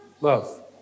love